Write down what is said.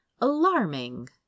alarming